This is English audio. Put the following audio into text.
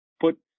put